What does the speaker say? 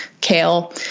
kale